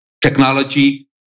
technology